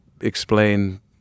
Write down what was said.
explain